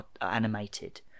animated